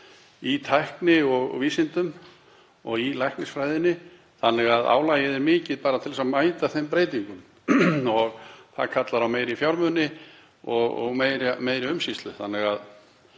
í tækni og vísindum og í læknisfræðinni þannig að álagið er mikið, bara til þess að mæta þeim breytingum. Það kallar á meiri fjármuni og meiri umsýslu þannig að